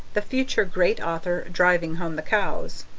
the future great author, driving home the cows.